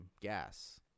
gas